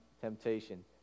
temptation